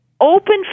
open